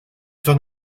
t’en